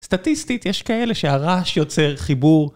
סטטיסטית יש כאלה שהרעש יוצר חיבור.